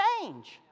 change